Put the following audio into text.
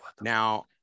now